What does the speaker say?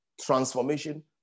transformation